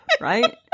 right